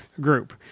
group